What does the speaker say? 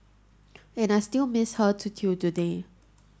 and I still miss her too till today